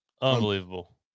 Unbelievable